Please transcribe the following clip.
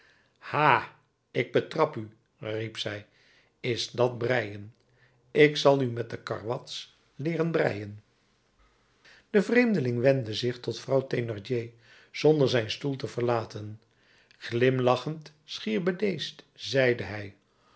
ha ik betrap u riep zij is dat breien ik zal u met de karwats leeren breien de vreemdeling wendde zich tot vrouw thénardier zonder zijn stoel te verlaten glimlachend schier bedeesd zeide hij